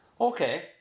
Okay